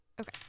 okay